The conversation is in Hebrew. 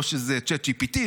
או שזה ChatGPT,